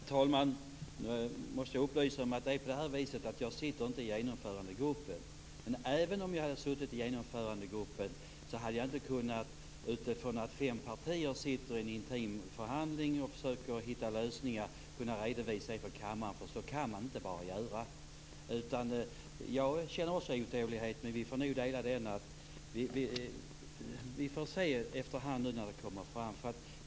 Herr talman! Jag måste upplysa om att jag inte sitter i Genomförandegruppen. Men även om jag hade suttit i den hade jag inte, med tanke på att fem partier sitter i en intim förhandling och försöker hitta lösningar, kunnat ge en redovisning för kammaren. Så kan man bara inte göra. Jag känner också otålighet, men vi får nog göra det, och så får vi se efterhand vad som kommer fram.